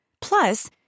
Plus